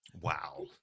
Wow